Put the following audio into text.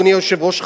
אדוני היושב-ראש,